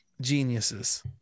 Geniuses